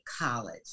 college